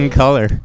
color